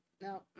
No